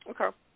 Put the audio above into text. Okay